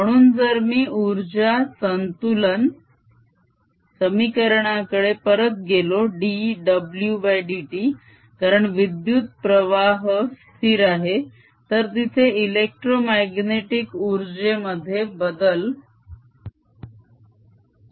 म्हणून जर मी उर्जा संतुलन समीकरणाकडे परत गेलो dwdt कारण विद्युत प्रवाह स्थिर आहे तर तिथे एलेक्ट्रोमाग्नेटीक ऊर्जेमध्ये बदल होत नाही